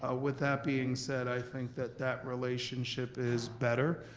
ah with that being said, i think that that relationship is better.